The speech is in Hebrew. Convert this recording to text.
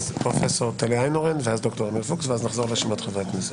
פרופ' טליה איינהורן ואחריה ד"ר עמיר פוקס ואז נחזור לחברי הכנסת.